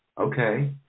Okay